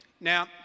Now